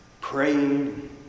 praying